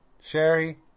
Sherry